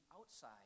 outside